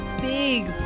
big